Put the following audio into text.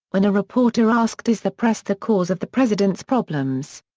when a reporter asked is the press the cause of the president's problems,